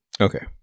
Okay